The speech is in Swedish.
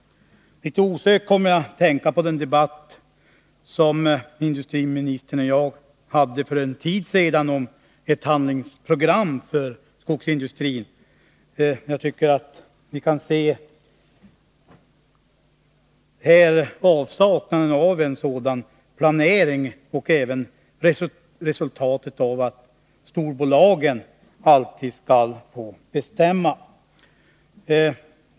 Litet osökt kommer jag att tänka på den debatt som industriministern och jag hade för en tid sedan om ett handlingsprogram för skogsindustrin. Vi kan här se avsaknaden av en sådan planering och även resultatet av att storbolagen alltid skall få bestämma.